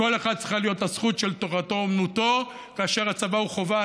לכל אחד צריכה להיות הזכות של תורתו אומנותו והצבא הוא חובה.